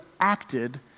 acted